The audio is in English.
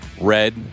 Red